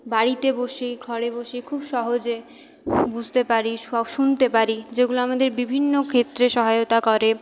বাড়িতে বসেই ঘরে বসে খুব সহজে বুঝতে পারি শ শুনতে পারি যেগুলো আমাদের বিভিন্ন ক্ষেত্রে সহায়তা করে